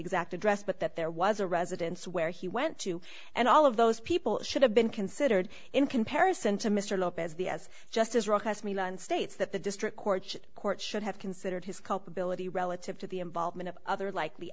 exact address but that there was a residence where he went to and all of those people should have been considered in comparison to mr lopez the as just as wrong as me and states that the district court court should have considered his culpability relative to the involvement of other like